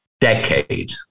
decade